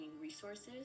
resources